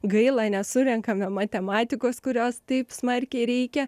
gaila nesurenkame matematikos kurios taip smarkiai reikia